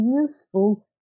useful